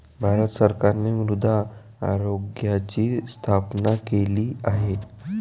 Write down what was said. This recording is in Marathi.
भारत सरकारने मृदा आरोग्याची स्थापना केली आहे